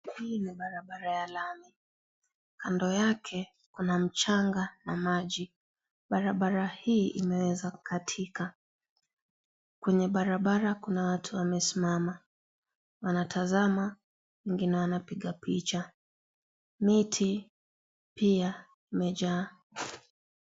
Hii ni barabara ya lami. Kando yake kuna mchanga na maji. Barabara hii imeweza kukatika, kwenye barabara kuna watu wamesimama wanatazama wengine wanapiga picha, miti pia imejaa.